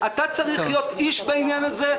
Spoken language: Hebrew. אתה צריך להיות איש בעניין הזה,